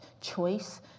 choice